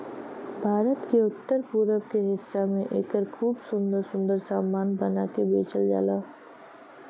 भारत के उत्तर पूरब के हिस्सा में एकर खूब सुंदर सुंदर सामान बना के बेचल जाला